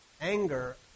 anger